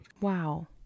Wow